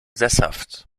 sesshaft